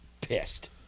Pissed